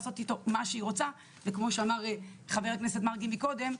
לעשות איתו מה שהיא רוצה וכמו שאמר ח"כ מרגי מקודם,